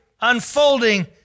unfolding